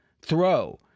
throw